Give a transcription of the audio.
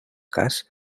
cas